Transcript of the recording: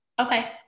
Okay